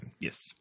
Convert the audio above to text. Yes